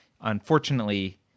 unfortunately